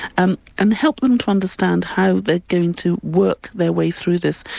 and and help them to understand how they're going to work their way through this,